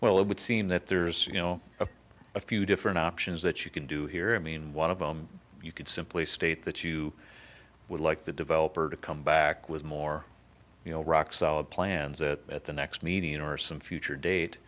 well it would seem that there is you know a few different options that you can do here i mean one of them you could simply state that you would like the developer to come back with more you know rock solid plans that at the next meeting or some future date